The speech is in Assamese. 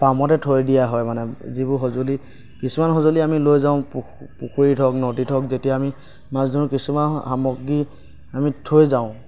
বামতে থৈ দিয়া হয় মানে যিবোৰ সঁজুলি কিছুমান সঁজুলি আমি লৈ যাওঁ পুখুৰীত হওক নদীত হওক যেতিয়া আমি মাছ ধৰো কিছুমান সামগ্ৰী আমি থৈ যাওঁ